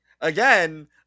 Again